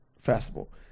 Festival